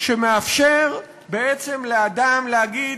שמאפשר בעצם לאדם להגיד: